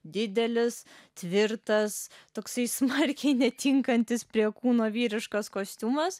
didelis tvirtas toks smarkiai netinkantis prie kūno vyriškas kostiumas